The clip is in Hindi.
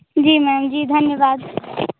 जी मैम जी धन्यवाद